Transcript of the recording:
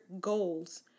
goals